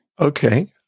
Okay